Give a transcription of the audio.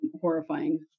horrifying